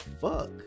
Fuck